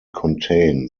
contain